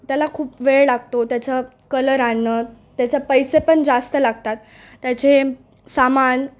त्याला खूप वेळ लागतो त्याचं कलर आणणं त्याचं पैसे पण जास्त लागतात त्याचे सामान